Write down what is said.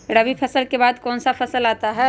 रवि फसल के बाद कौन सा फसल होता है?